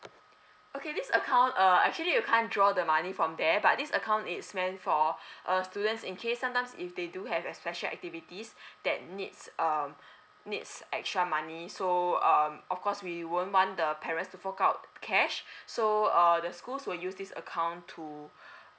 okay this account uh actually you can't draw the money from there but this account it's meant for err students in case sometimes if they do have a special activities that needs um needs extra money so um of course we won't want the parents to fork out cash so err the schools will use this account to